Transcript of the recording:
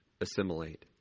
assimilate